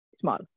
small